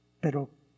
Pero